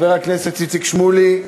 חבר הכנסת איציק שמולי.